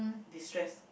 destress